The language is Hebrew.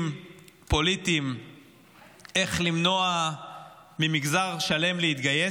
פוליטיים ועל איך למנוע ממגזר שלם להתגייס.